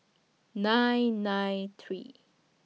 nine nine three